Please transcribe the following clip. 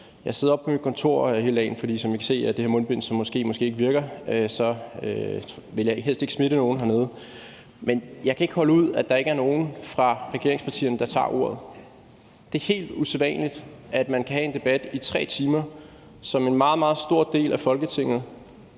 har siddet oppe på mit kontor hele dagen, for som I kan se, ved at jeg har det her mundbind, som måske, måske ikke virker, vil jeg helst ikke smitte nogen hernede. Men jeg kan ikke holde ud, at der ikke er nogen fra regeringspartierne, der tager ordet. Det er helt usædvanligt, at man kan have en debat i 3 timer, som en meget, meget stor del af Folketinget